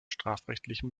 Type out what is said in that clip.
strafrechtlichen